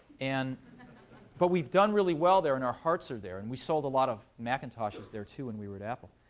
and but we've done really well there. and our hearts are there. and we sold a lot of macintoshes there too, when and we were at apple.